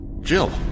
Jill